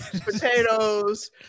potatoes